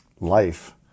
life